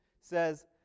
says